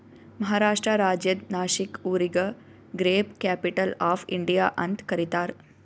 ಮಹಾರಾಷ್ಟ್ರ ರಾಜ್ಯದ್ ನಾಶಿಕ್ ಊರಿಗ grape capital of India ಅಂತ್ ಕರಿತಾರ್